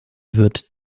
wird